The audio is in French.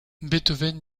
beethoven